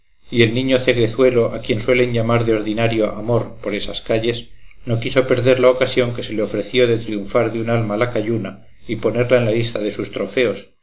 y el niño ceguezuelo a quien suelen llamar de ordinario amor por esas calles no quiso perder la ocasión que se le ofreció de triunfar de una alma lacayuna y ponerla en la lista de sus trofeos